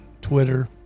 twitter